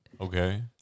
Okay